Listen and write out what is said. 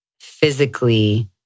physically